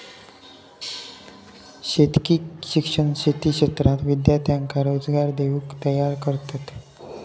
शेतकी शिक्षण शेती क्षेत्रात विद्यार्थ्यांका रोजगार देऊक तयार करतत